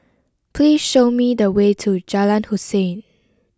please show me the way to Jalan Hussein